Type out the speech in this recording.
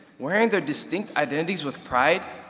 wearing their distinct identities with pride,